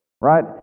Right